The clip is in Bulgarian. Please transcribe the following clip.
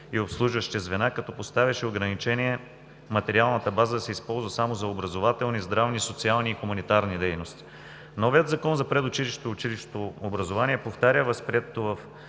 и обслужващи звена, като поставяше ограничение материалната база да се използва само за образователни, здравни, социални и хуманитарни дейности. Новият Закон за предучилищното и училищното образование повтаря възприетото в